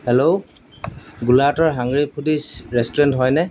hello গোলাহাটৰ Hungry Foods restaurant হয়নে